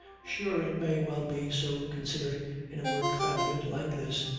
sure it may well be so considered in a work founded, like this,